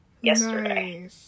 yesterday